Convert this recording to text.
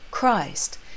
Christ